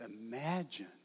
imagine